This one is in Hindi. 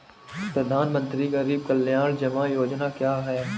प्रधानमंत्री गरीब कल्याण जमा योजना क्या है?